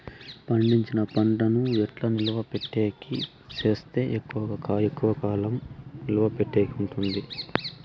పండించిన పంట ను ఎట్లా నిలువ పెట్టేకి సేస్తే ఎక్కువగా కాలం నిలువ పెట్టేకి ఉంటుంది?